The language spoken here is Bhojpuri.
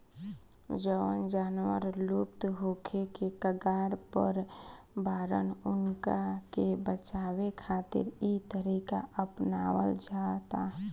जवन जानवर लुप्त होखे के कगार पर बाड़न उनका के बचावे खातिर इ तरीका अपनावल जाता